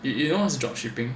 it it you know what's drop shipping